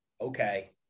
Okay